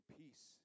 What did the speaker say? peace